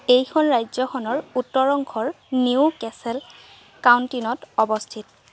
এইখন ৰাজ্যখনৰ উত্তৰ অংশৰ নিউ কেচেল কাউণ্টিনত অৱস্থিত